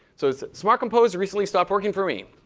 so smart compose recently stopped working for me.